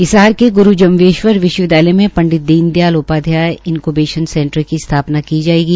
हिसार की गुरू जम्भेश्वर विश्वविदयालय में पंडित दीनदयाल उपाध्याय इनक्युबेशन सैंटर की स्थापना की जाएगी